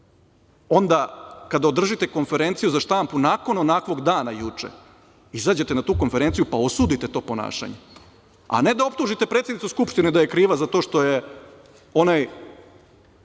onda kada održite konferenciju za štampu nakon onakvog dana juče, izađete na tu konferenciju, pa osudite to ponašanje, a ne da optužite predsednicu Skupštine da je kriva za to što je onaj